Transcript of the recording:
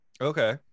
Okay